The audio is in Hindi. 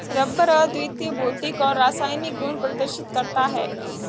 रबर अद्वितीय भौतिक और रासायनिक गुण प्रदर्शित करता है